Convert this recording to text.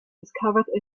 discovered